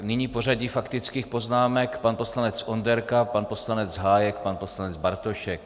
Nyní pořadí faktických poznámek: pan poslanec Onderka, pan poslanec Hájek, pan poslanec Bartošek.